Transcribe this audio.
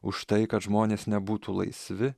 už tai kad žmonės nebūtų laisvi